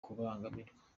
kubangamirwa